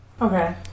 Okay